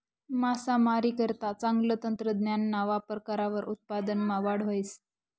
मासामारीकरता चांगलं तंत्रज्ञानना वापर करावर उत्पादनमा वाढ व्हस